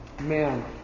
man